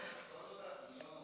את השאילתה שלי.